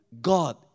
God